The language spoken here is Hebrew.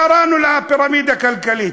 קראנו לזה פירמידה כלכלית.